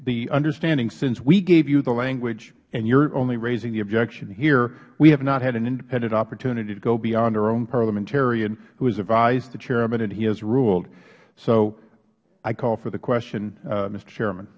the understanding since we gave you the language and you are only raising the objection here we have not had an independent opportunity to go beyond our own parliamentarian who has advised the chairman and he has ruled so i call for the question mister chairman